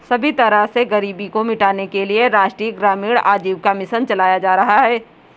सभी तरह से गरीबी को मिटाने के लिये राष्ट्रीय ग्रामीण आजीविका मिशन चलाया जा रहा है